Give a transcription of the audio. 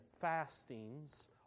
fastings